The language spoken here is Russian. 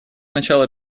начало